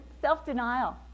self-denial